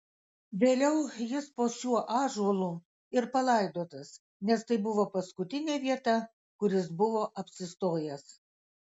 vėliau jis po šiuo ąžuolų ir palaidotas nes tai buvo paskutinė vieta kur jis buvo apsistojęs